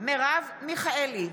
מרב מיכאלי,